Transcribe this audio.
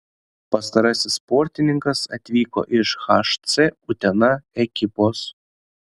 pastarasis sportininkas atvyko iš hc utena ekipos